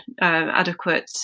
adequate